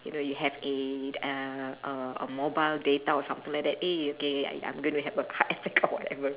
you know you have a uh uh a mobile data or something like that eh okay I I'm going to have card and take out whatever